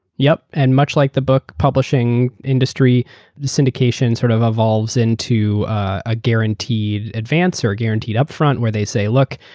yup, and much like the book publishing industry syndication sort of evolves into a guaranteed advance or guaranteed upfront where they say look,